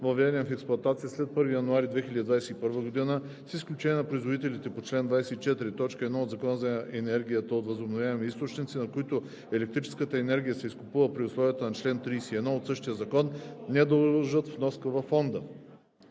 въведен в експлоатация след 1 януари 2021 г., с изключение на производителите по чл. 24, т. 1 от Закона за енергията от възобновяеми източници, на които електрическата енергия се изкупува при условията на чл. 31 от същия закон, не дължат вноска във фонда;“